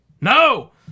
No